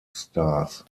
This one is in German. stars